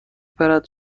پرد